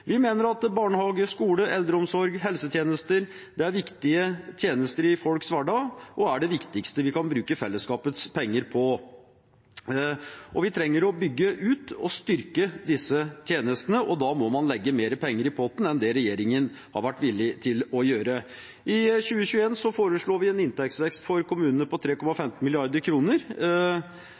Vi mener at barnehage, skole, eldreomsorg og helsetjenester er viktige tjenester i folks hverdag og det viktigste vi kan bruke fellesskapets penger på. Vi trenger å bygge ut og styrke disse tjenestene, og da må man legge mer penger i potten enn det regjeringen har vært villig til å gjøre. For 2021 foreslår vi en inntektsvekst for kommunene på 3,15